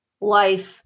life